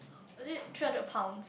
was it three hundred pound